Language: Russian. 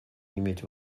иметь